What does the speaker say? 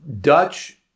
Dutch